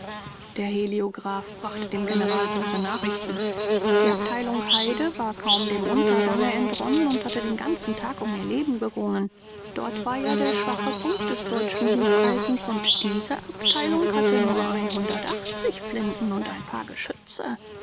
der heliograph brachte dem general böse nachrichten die abteilung heyde war kaum dem untergange entronnen und hatte den ganzen tag um ihr leben gerungen dort war ja der schwache punkt des deutschen hufeisens und diese abteilung hatte nur flinten und ein paar geschütze